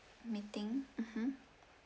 meeting mmhmm